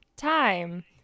Time